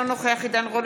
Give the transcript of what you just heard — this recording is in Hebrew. אינו נוכח עידן רול,